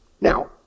Now